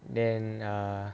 then err